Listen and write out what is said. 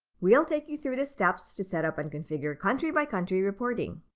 we'll take you through the steps to set up and configure country by country reporting.